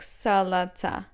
salata